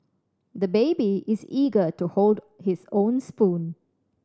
the baby is eager to hold his own spoon